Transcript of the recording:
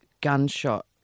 gunshot